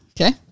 Okay